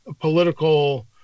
political